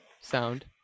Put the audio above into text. Sound